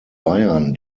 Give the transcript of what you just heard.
bayern